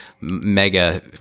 mega